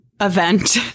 event